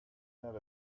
not